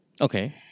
Okay